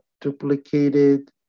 duplicated